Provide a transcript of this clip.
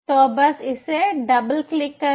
तो बस इसे डबल क्लिक करें